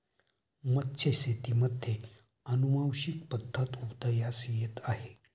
मत्स्यशेतीमध्ये अनुवांशिक पद्धत उदयास येत आहे